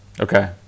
Okay